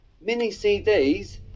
mini-CDs